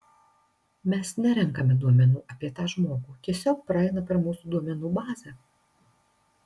mes nerenkame duomenų apie tą žmogų tiesiog praeina per mūsų duomenų bazę